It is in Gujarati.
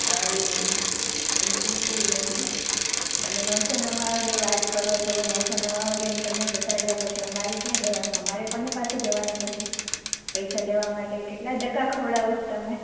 સોરી મેમ ઇન્ટરેસ્ટેડ નથી તમે નવસો નવ્વાણુંની વાત કરો છો નવસો નવ્વાણું તમે લઈને જતા રહ્યા પછી અમારે ક્યાં જવાનું અમારે કોની પાસે જવાનું પછી પૈસા લેવા માટે કેટલા ધક્કા ખવડાવો છો તમે